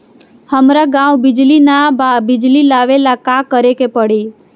हमरा गॉव बिजली न बा बिजली लाबे ला का करे के पड़ी?